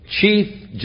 chief